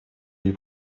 lui